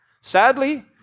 Sadly